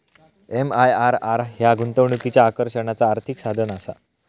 MIRR ह्या गुंतवणुकीच्या आकर्षणाचा आर्थिक साधनआसा